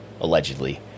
allegedly